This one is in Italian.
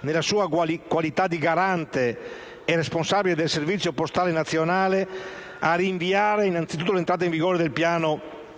nella sua qualità di garante e responsabile del servizio postale nazionale, a rinviare innanzitutto l'entrata in vigore del piano di